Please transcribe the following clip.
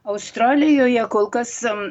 australijoje kol kas